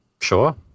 Sure